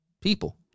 people